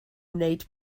wneud